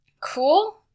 Cool